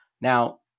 Now